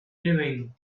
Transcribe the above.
living